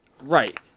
Right